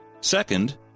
Second